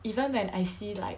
even when I see like